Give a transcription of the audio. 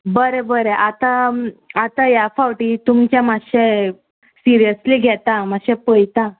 बरें बरें आतां आतां ह्या फावटी तुमचे मातशें सिरियसली घेता मातशें पयता